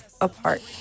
apart